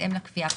בהתאם לחוק.